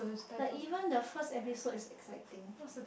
like even the first episode is exciting